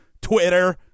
Twitter